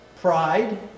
pride